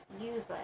useless